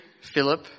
philip